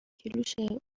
کیلوشه